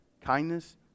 kindness